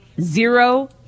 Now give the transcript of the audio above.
zero